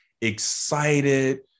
excited